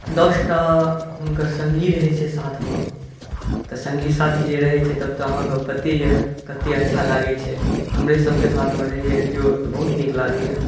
दस टा हुनकर संगी रहै छै साथमे तऽ संगी साथी जे रहै छै तब तऽ आहाँकेॅं पते यऽ कते अच्छा लागै छै हमरे सबके साथमे रहैया केओ तऽ बहुत नीक लागैया